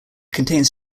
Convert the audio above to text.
contains